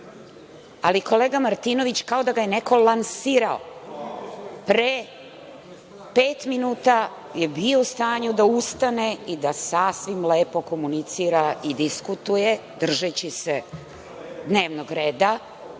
desilo. Kolegu Martinovića kao da ga je neko lansirao. Pre pet minuta je bio u stanju da ustane i da sasvim lepo komunicira i diskutuje držeći se dnevnog reda